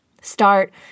Start